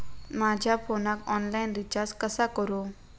माझ्या फोनाक online recharge कसा करू?